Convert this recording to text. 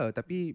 Tapi